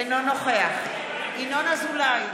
אינו נוכח ינון אזולאי,